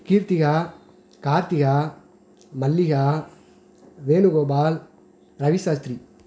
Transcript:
Keerthika Karthika Mallika Venugopal ரவிசாஸ்த்ரி